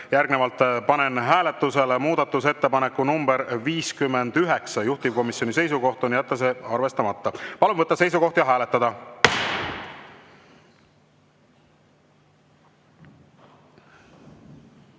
Järgnevalt panen hääletusele muudatusettepaneku nr 59. Juhtivkomisjoni seisukoht on jätta see arvestamata. Palun võtta seisukoht ja hääletada!